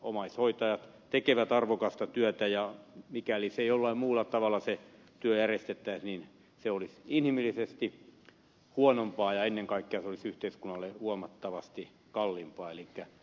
omaishoitajat tekevät arvokasta työtä ja mikäli se työ jollain muualla tavalla järjestettäisiin niin se olisi inhimillisesti huonompaa ja ennen kaikkea se olisi yhteiskunnalle huomattavasti kalliimpaa